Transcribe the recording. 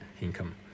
income